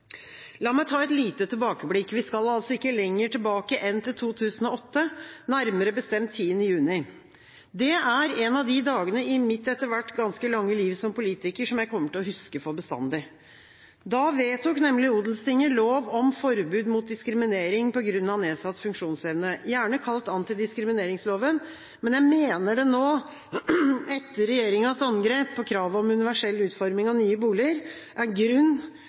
La meg ta et lite tilbakeblikk. Vi skal ikke lenger tilbake enn til 2008, nærmere bestemt 10. juni. Det er en av de dagene i mitt etter hvert ganske lange liv som politiker som jeg kommer til å huske for bestandig. Da vedtok nemlig Odelstinget lov om forbud mot diskriminering på grunn av nedsatt funksjonsevne, gjerne kalt antidiskrimineringsloven. Jeg mener det nå – etter regjeringas angrep på kravet om universell utforming av nye boliger – er grunn